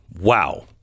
Wow